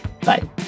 Bye